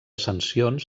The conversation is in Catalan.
sancions